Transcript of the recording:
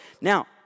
Now